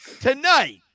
tonight